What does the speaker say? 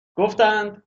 گفتند